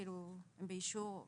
הם באישור.